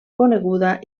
coneguda